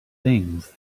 things